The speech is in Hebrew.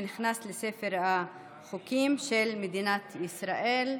ונכנס לספר החוקים של מדינת ישראל.